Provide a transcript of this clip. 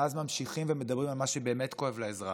ואז ממשיכים ומדברים על מה שבאמת כואב לאזרח,